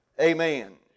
Amen